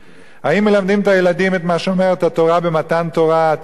האם מלמדים את הילדים את מה שאומרת התורה במתן תורה: "אתם ראיתם